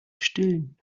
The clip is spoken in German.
stillen